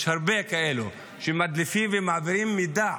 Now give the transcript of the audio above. יש הרבה כאלו שמדליפים ומעבירים מידע,